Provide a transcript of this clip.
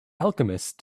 alchemist